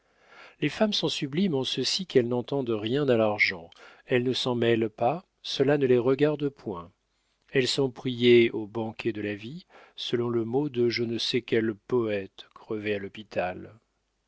les femmes sont sublimes en ceci qu'elles n'entendent rien à l'argent elles ne s'en mêlent pas cela ne les regarde point elles sont priées au banquet de la vie selon le mot de je ne sais quel poète crevé à l'hôpital